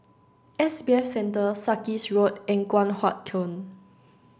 S B F Center Sarkies Road and Guan Huat Kiln